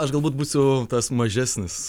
aš galbūt būsiu tas mažesnis